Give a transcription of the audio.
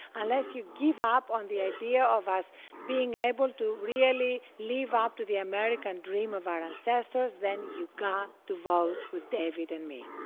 unless you give up on the idea of us being able to really live ah up to the american dream of our ancestors, then you've got to vote with david and me.